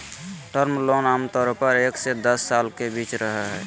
term loan आमतौर पर एक से दस साल के बीच रहय हइ